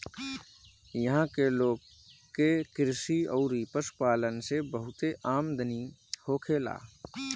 इहां के लोग के कृषि अउरी पशुपालन से बहुते आमदनी होखेला